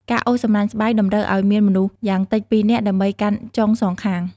ការអូសសំណាញ់ស្បៃ តម្រូវឲ្យមានមនុស្សយ៉ាងតិចពីរនាក់ ដើម្បីកាន់ចុងសងខាង។